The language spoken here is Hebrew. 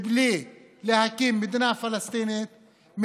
בלי להקים מדינה פלסטינית,